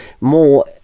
more